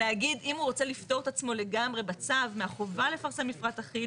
אם הוא רוצה לפטור את עצמו לגמרי בצו מהחובה לפרסם מפרט אחיד